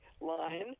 line